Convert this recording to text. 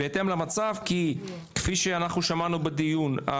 כי כפי שאנחנו שמענו בדיון,